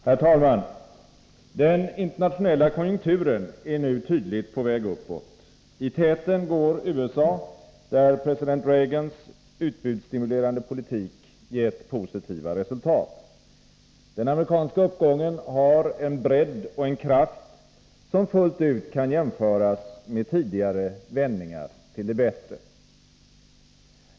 Herr talman! Den internationella konjunkturen är nu tydligt på väg uppåt. I täten går USA, där president Reagans utbudsstimulerande politik gett positiva resultat. Den amerikanska uppgången har en kraft och en bredd, som fullt ut kan jämföras med tidigare vändningar till det bättre.